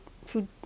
food